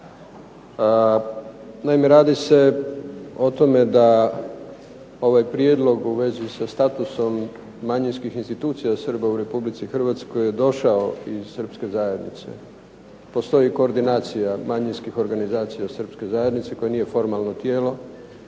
Naime, radi se o tome da ovaj prijedlog u vezi sa statusom manjinskih institucija Srba u RH je došao iz srpske zajednice. Postoji i koordinacija manjinskih organizacija u srpskoj zajednici koja nije formalno tijelo